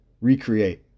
recreate